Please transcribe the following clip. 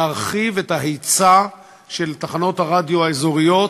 להרחיב את ההיצע של תחנות הרדיו האזוריות